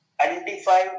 identify